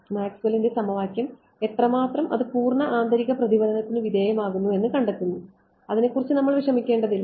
മാക്സ്വെല്ലിന്റെ സമവാക്യം എത്രമാത്രം അത് പൂർണ്ണ ആന്തരിക പ്രതിഫലനത്തിന് വിധേയമാകുന്നു എന്ന് കണ്ടെത്തുന്നു അതിനെക്കുറിച്ച് നമ്മൾ വിഷമിക്കേണ്ടതില്ല